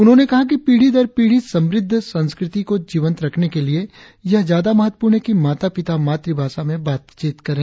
उन्होंने कहा कि पीढ़ी दर पीढ़ी समृद्ध संस्कृति को जीवंत रखने के लिए यह ज्यादा महत्वपूर्ण है माता पिता मातृ भाषा में बातचीत करे